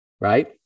right